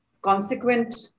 consequent